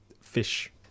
fish